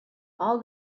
all